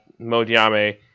Modiame